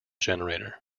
generator